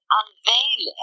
unveil